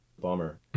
bummer